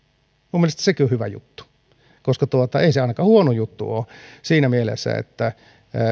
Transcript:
minun mielestäni sekin on hyvä juttu ei se ainakaan huono juttu ole siinä mielessä että